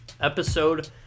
episode